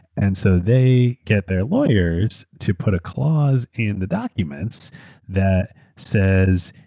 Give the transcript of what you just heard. and so they get their lawyers to put a clause in the documents that says,